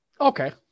Okay